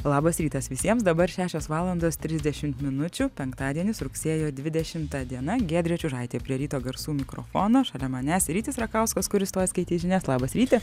labas rytas visiems dabar šešios valandos trisdešimt minučių penktadienis rugsėjo dvidešimta diena giedrė čiužaitė prie ryto garsų mikrofono šalia manęs rytis rakauskas kuris tuoj skaitys žinias labas ryti